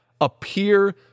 appear